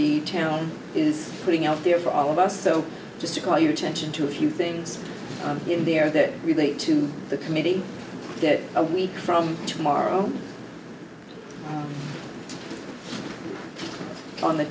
the town is putting out there for all of us so just to call your attention to a few things in there that relate to the committee that a week from tomorrow on the